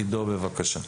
עידו, בבקשה.